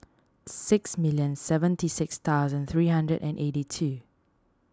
six million seventy six thousand three hundred and eighty two